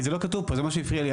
זה מה שהפריע לי.